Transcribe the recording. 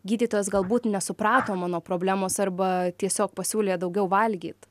gydytojas galbūt nesuprato mano problemos arba tiesiog pasiūlė daugiau valgyt